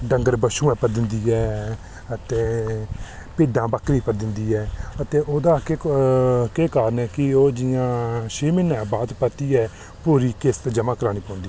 डंगर वशुएं उप्पर दिंदी ऐ अते भिड्डां बकरी उप्पर दिंदी ऐ अते ओह्दा इक कारण जि'यां छे म्हीने बाद परतियै ओह्दी किस्त जमा करानी पौंदी